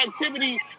activities